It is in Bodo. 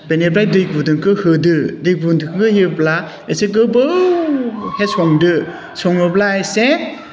बेनिफ्राय दै गुदुंखौ होदो दै गुदुंखौ होयोब्ला एसे गोबावहाय संदो सङोब्ला एसे